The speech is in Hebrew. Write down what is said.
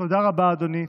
תודה רבה, אדוני.